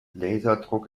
laserdruck